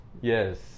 Yes